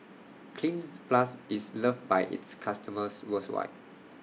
Cleanz Plus IS loved By its customers worldwide